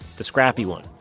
the scrappy one.